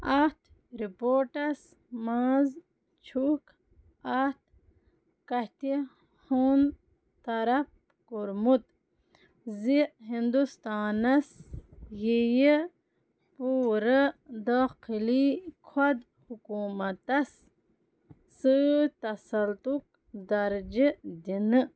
اَتھ رِپورٹَس منٛز چھُکھ اتھ کَتھِ ہُنٛد طرف کوٚرمُت زِ ہندوستانَس یِیہِ پوٗرٕ دٲخلی خۄد حکوٗمتَس سۭتۍ تسلطُک درجہٕ دِنہٕ